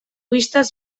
bistaz